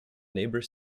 neighbour